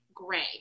gray